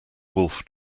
wolf